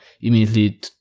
immediately